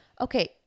okay